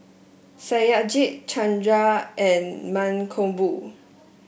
Satyajit Chanda and Mankombu